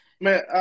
Man